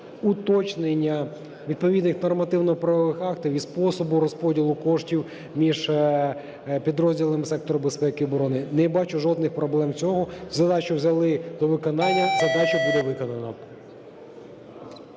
уточнення відповідних нормативно-правових актів і способу розподілу коштів між підрозділом сектору безпеки і оборони. Не бачу жодних проблем в цьому. Задачу взяли до виконання, задачу буде виконано.